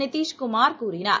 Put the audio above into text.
நிதிஷ் குமார் கூறினார்